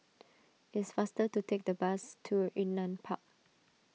is faster to take the bus to Yunnan Park